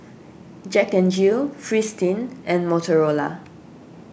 Jack N Jill Fristine and Motorola